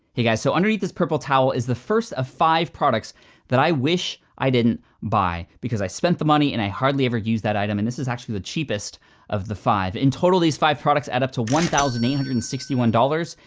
hey, guys, so underneath this purple towel is the first of five products that i wish i didn't buy because i spent the money, and i hardly ever use that item, and this is actually the cheapest of the five. in total these five products add up to one thousand nine hundred and sixty one dollars.